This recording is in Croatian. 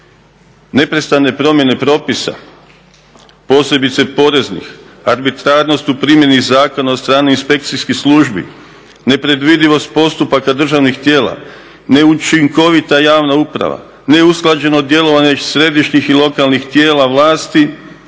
Neprestane promjene propisa, posebice poreznih, arbitrarnost u primjerni zakona od strane inspekcijskih službi, nepredvidivost postupaka državnih tijela, neučinkovita javna uprava, neusklađeno djelovanje središnjih i lokalnih tijela vlasti